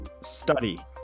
Study